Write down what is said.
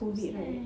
so sad